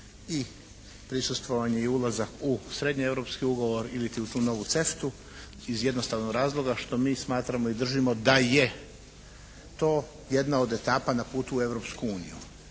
i prisustvovanje i ulazak u srednjeeuropski ugovor iliti u tu novu CEFTA-u iz jednostavnog razloga što mi smatramo i držimo da je to jedna od etapa na putu u Europsku uniju.